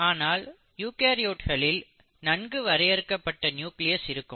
ஆனால் யூகரியோட்களில் நன்கு வரையறுக்கப்பட்ட நியூக்ளியஸ் இருக்கும்